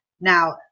Now